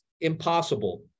impossible